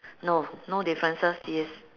no no differences yes